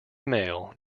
male